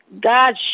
God